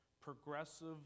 progressive